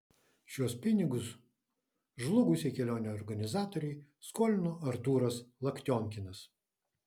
šiuos pinigus žlugusiai kelionių organizatorei skolino artūras laktionkinas